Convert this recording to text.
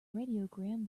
radiogram